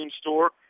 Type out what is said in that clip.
store